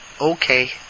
Okay